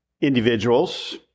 individuals